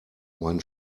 mein